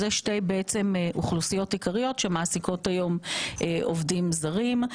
אלה שתי האוכלוסיות העיקריות שמעסיקות היום עובדים זרים.